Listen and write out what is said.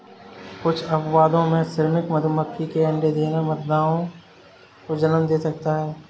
कुछ अपवादों में, श्रमिक मधुमक्खी के अंडे देना मादाओं को जन्म दे सकता है